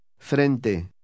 Frente